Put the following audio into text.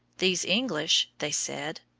these english, they said,